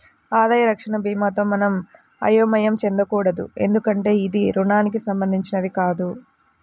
ఆదాయ రక్షణ భీమాతో మనం అయోమయం చెందకూడదు ఎందుకంటే ఇది రుణానికి సంబంధించినది కాదు